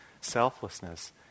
selflessness